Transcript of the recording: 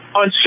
on